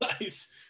Nice